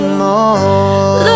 more